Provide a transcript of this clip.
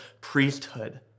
priesthood